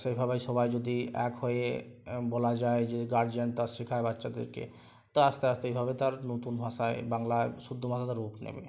সেইভাবেই সবাই যদি এক হয়ে বলা যায় যে গার্জিয়ান তার শেখায় বাচ্চাদেরকে তা আস্তে আস্তে এইভাবে তার নতুন ভাষায় বাংলার শুদ্ধ ভাষা তার রূপ নেবে